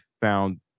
found